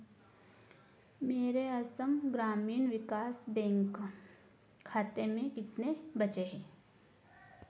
मेरे असम ग्रामीण विकास बैंक खाते में कितने बचे हैं